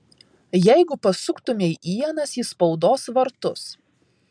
jeigu pasuktumei ienas į spaudos vartus